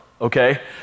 okay